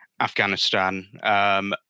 Afghanistan